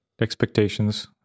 Expectations